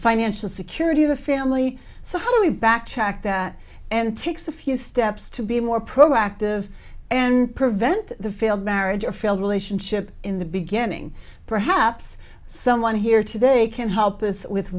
financial security of the family so how do we backtrack that and takes a few steps to be more proactive and prevent the failed marriage or failed relationship in the beginning perhaps someone here today can help us with